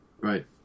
Right